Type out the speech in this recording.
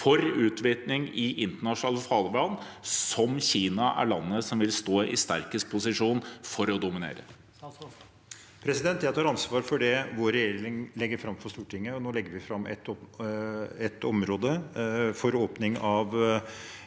for utvinning i internasjonalt farvann, som Kina er det landet som vil stå i sterkest posisjon for å dominere?